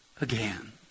again